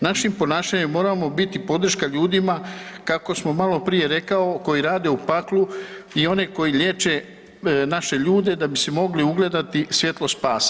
Našim ponašanjem moramo biti podrška ljudima, kako sam maloprije rekao, koji rade u paklu i one koji liječe naše ljude da bi se moglo ugledati svjetlo spasa.